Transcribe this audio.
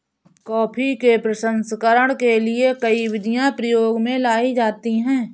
coffee के प्रसंस्करण के लिए कई विधियां प्रयोग में लाई जाती हैं